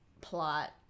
plot